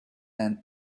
and